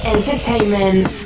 Entertainment